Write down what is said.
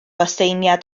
aseiniad